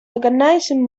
organizing